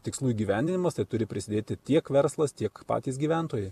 tikslų įgyvendinimas tai turi prisidėti tiek verslas tiek patys gyventojai